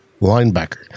linebacker